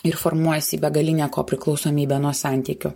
ir formuojas į begalinę kopriklausomybę nuo santykių